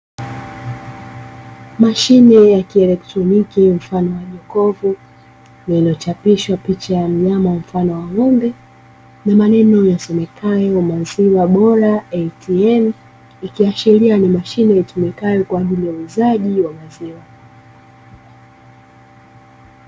Mashine ya kieletroniki mfano wa jokofu, lililochapishwa picha ya mnyama mfano wa ng'ombe na maneno yasomekayo "Maziwa bora ATM". Ikiashiria ni mashine itumikayo kwa ajili ya uuzaji wa maziwa.